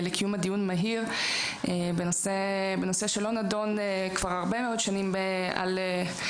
לקיום דיון מהיר בנושא שלא נדון כבר הרבה מאוד שנים על בימת הכנסת.